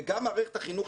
וגם מערכת החינוך,